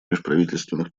межправительственных